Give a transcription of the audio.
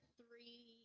three